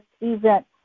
event